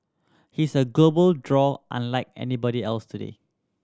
he's a global draw unlike anybody else today